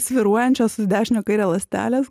svyruojančios į dešinę kairę ląstelės